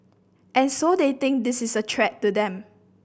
and so they think this is a threat to them